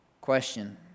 question